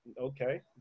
okay